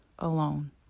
alone